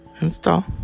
Install